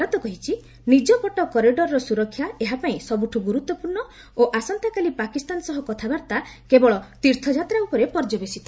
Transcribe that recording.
ଭାରତ କହିଛି ନିଜ ପଟ କରିଡରର ସୁରକ୍ଷା ଏହା ପାଇଁ ସବୁଠୁ ଗୁରୁତ୍ୱପୂର୍ଣ୍ଣ ଓ ଆସନ୍ତାକାଲି ପାକିସ୍ତାନ ସହ କଥାବାର୍ତ୍ତା କେବଳ ତୀର୍ଥଯାତ୍ରା ଉପରେ ପର୍ଯ୍ୟବେଶିତ